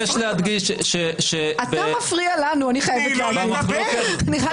תני לו לדבר.